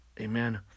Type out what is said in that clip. Amen